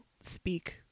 speak